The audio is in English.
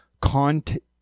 content